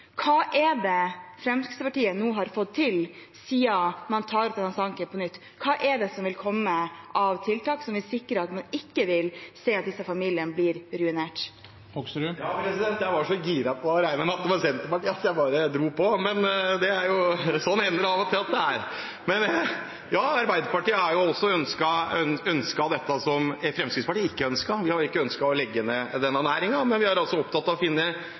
Hva er det Fremskrittspartiet nå har fått til siden man tar opp denne saken på nytt? Hva vil komme av tiltak som vil sikre at man ikke vil se at disse familiene blir ruinert? Jeg var så giret på og regnet med at det var Senterpartiet at jeg bare dro på. Sånn hender det av og til at det er. Men Arbeiderpartiet har jo ønsket dette som Fremskrittspartiet ikke ønsket. Vi har ikke ønsket å legge ned denne næringen, men vi er opptatt av å finne